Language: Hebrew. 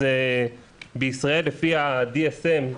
אז בישראל לפי ה-DSM,